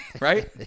right